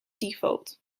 default